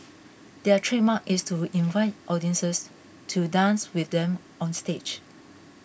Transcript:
their trademark is to invite audiences to dance with them on stage